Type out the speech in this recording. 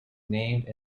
named